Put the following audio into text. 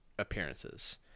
appearances